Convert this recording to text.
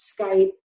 Skype